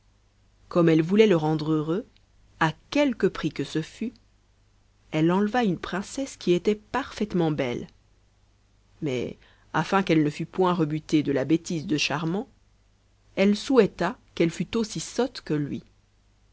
comme elle voulait le rendre heureux à quelque prix que ce fût elle enleva une princesse qui était parfaitement belle mais afin qu'elle ne fût point rebutée de la bêtise de charmant elle souahita qu'elle fût aussi sotte que lui